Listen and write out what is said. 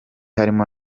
harimo